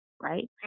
right